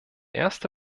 erste